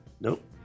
nope